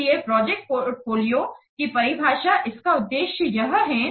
इसलिए project portfolio की परिभाषा इसका उद्देश्य यह है